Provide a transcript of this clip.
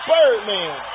Birdman